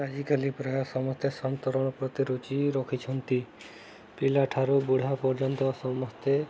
ଆଜିକାଲି ପ୍ରାୟ ସମସ୍ତେ ସନ୍ତରଣ ପ୍ରତି ରୁଚି ରଖିଛନ୍ତି ପିଲା ଠାରୁ ବୁଢ଼ା ପର୍ଯ୍ୟନ୍ତ ସମସ୍ତେ